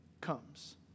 comes